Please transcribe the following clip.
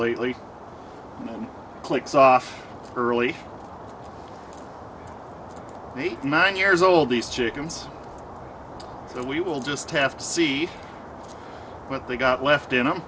lately clicks off early may not years old these chickens so we will just have to see what they've got left and i'm